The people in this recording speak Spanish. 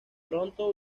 pronto